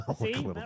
See